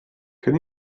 can